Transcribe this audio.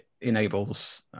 enables